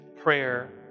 prayer